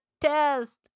test